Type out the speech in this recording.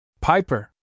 Piper